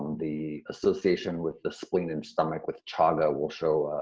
the association with the spleen and stomach with chaga will show,